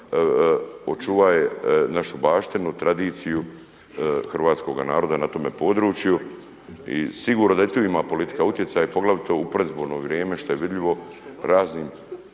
očuvaje našu baštinu, tradiciju hrvatskoga naroda na tome području. I sigurno … politika utjecaj poglavito u predizborno vrijeme što je vidljivo raznim